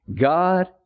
God